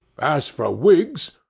as for whigs,